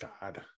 God